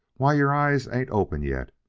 why your eyes ain't open yet.